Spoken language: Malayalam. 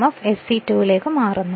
എഫ് SE2 ലേക്ക് മാറുന്നു